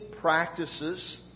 practices